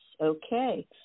Okay